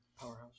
Powerhouse